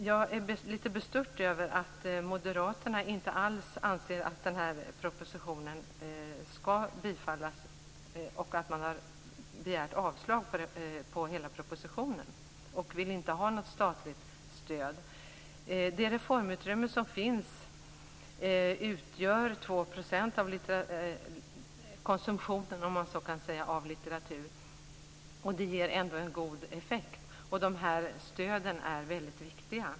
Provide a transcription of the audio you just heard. Jag är litet bestört över att Moderaterna inte alls anser att propositionen skall bifallas. De har yrkat avslag på hela propositionen. De vill inte ha något statligt stöd. Det reformutrymme som finns utgör 2 % av konsumtionen av litteratur. Det ger ändå en god effekt. Stöden är viktiga.